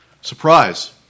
Surprise